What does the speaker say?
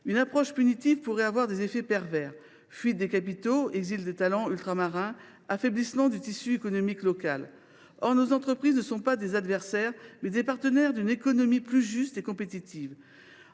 Une approche punitive pourrait avoir des effets pervers : fuite des capitaux, exil des talents ultramarins, affaiblissement du tissu économique local. Or nos entreprises sont non pas des adversaires, mais des partenaires d’une économie plus juste et compétitive.